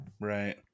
right